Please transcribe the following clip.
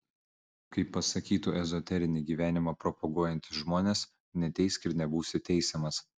kaip pasakytų ezoterinį gyvenimą propaguojantys žmonės neteisk ir nebūsi teisiamas